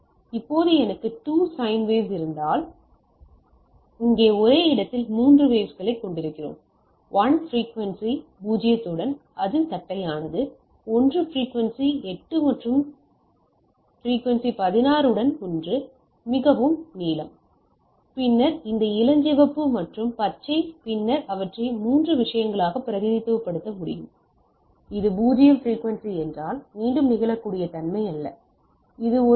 இப்போது எனக்கு 2 sine waves இருந்தால் இங்கே ஒரு இடத்தில் 3 வௌஸ்களைக் கொண்டிருக்கிறோம் 1 பிரிக்குவென்சி 0 உடன் அது தட்டையானது ஒன்று பிரிக்குவென்சி 8 மற்றும் பிரிக்குவென்சி 16 உடன் ஒன்று மிகவும் நீலம் பின்னர் இந்த இளஞ்சிவப்பு மற்றும் பச்சை பின்னர் அவற்றை 3 விஷயங்களாக பிரதிநிதித்துவப்படுத்த முடியும் இது 0 பிரிக்குவென்சி என்றால் மீண்டும் நிகழக்கூடிய தன்மை இல்லை இது ஒரு டி